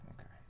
Okay